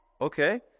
Okay